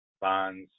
bonds